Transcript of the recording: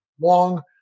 long